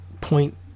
point